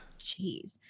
Jeez